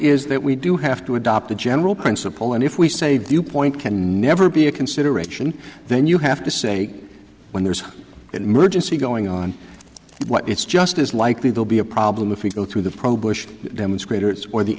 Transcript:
is that we do have to adopt a general principle and if we say viewpoint can never be a consideration then you have to say when there's an emergency going on what it's just as likely they'll be a problem if we go through the pro bush demonstrators or the